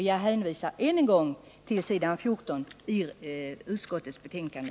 Jag hänvisar än en gång till s. 14 i utskottets betänkande.